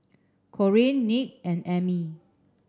Corean Nick and Emmie